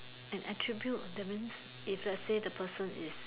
an attribute that means if let's say the person is